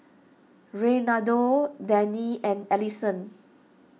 Reynaldo Dennie and Alisson